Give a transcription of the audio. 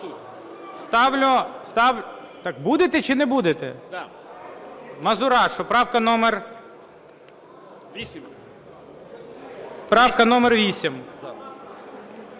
Мазурашу, правка номер 8.